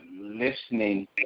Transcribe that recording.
listening